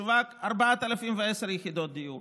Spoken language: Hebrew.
שווקו 4,010 יחידות דיור,